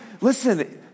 listen